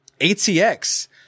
ATX